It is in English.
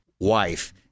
wife